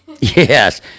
Yes